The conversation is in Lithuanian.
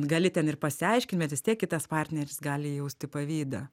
gali ten ir pasiaiškint bet vis tiek kitas partneris gali jausti pavydą